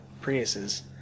Priuses